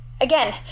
again